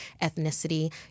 ethnicity